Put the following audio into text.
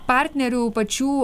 partnerių pačių